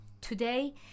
Today